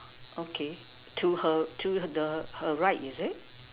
okay to her to the her right is it